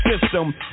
system